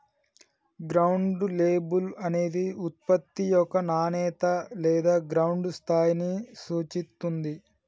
ground label అనేది ఉత్పత్తి యొక్క నాణేత లేదా గ్రౌండ్ స్థాయిని సూచిత్తుంది